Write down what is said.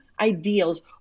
ideals